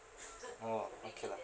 orh okay lah